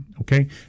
okay